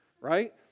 right